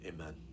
amen